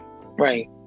Right